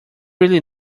really